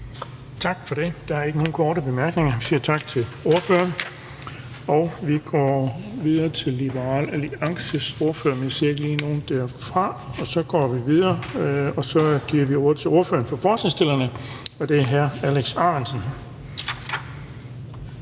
Tak for det. Der er ingen korte bemærkninger. Vi siger tak til ordføreren. Vi går videre til Liberal Alliances ordfører, men jeg ser ikke lige nogen derfra. Så vi giver ordet til ordføreren for forslagsstillerne, hr. Alex Ahrendtsen.